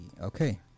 Okay